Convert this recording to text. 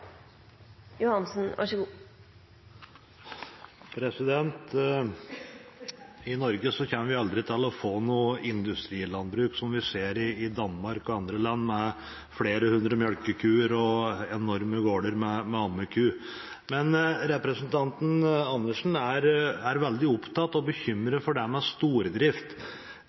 I Norge kommer vi aldri til å få noe industrilandbruk som vi ser i Danmark og andre land, med flere hundre melkekyr og enorme gårder med ammekyr. Men representanten Karin Andersen er veldig opptatt av og